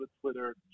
Twitter